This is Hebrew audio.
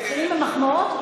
מתחילים במחמאות,